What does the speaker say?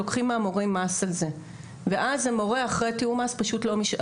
שלוקחים מהמורים מס על זה ואז אחרי תיאום מס למורה פשוט לא נשאר.